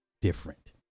different